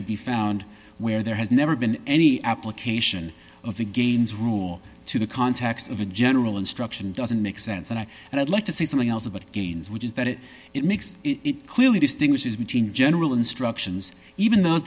should be found where there has never been any application of the gains rule to the context of a general instruction doesn't make sense and i and i'd like to say something else about gaines which is that it it makes it clearly distinguishes between general instructions even tho